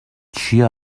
چیه